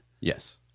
Yes